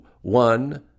one